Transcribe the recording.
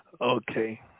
Okay